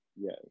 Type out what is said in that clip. Yes